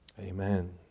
Amen